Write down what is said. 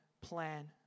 plan